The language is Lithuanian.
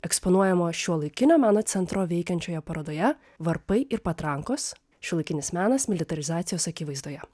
eksponuojamos šiuolaikinio meno centro veikiančioje parodoje varpai ir patrankos šiuolaikinis menas militarizacijos akivaizdoje